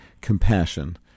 compassion